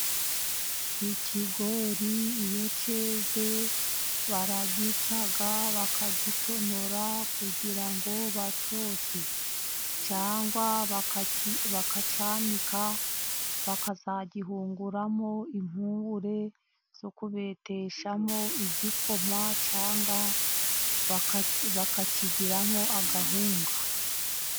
Ikigori iyo cyeze baragica, bakagitonora kugira ngo bacyotse, cyangwa bakacyanika bakazagihunguramo impungure zo kubeteshamo igikoma, cyangwa bakakigiramo agahunga.